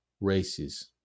races